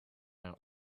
out